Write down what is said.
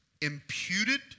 imputed